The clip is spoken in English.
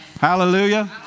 Hallelujah